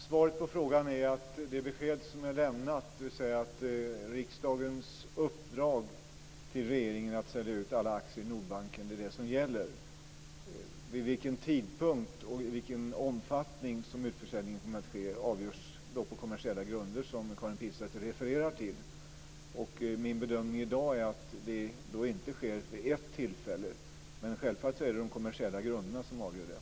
Herr talman! Svaret är att det besked som är lämnat, dvs. att riksdagens uppdrag till regeringen att sälja ut alla aktier i Nordbanken är det som gäller. Vid vilken tidpunkt och i vilken omfattning som utförsäljningen kommer att ske avgörs på kommersiella grunder, som Karin Pilsäter refererar till. Min bedömning i dag är att det inte sker vid ett tillfälle men självfallet är det de kommersiella grunderna som avgör det.